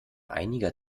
einiger